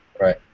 Right